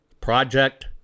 project